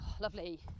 lovely